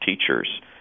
teachers